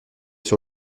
sur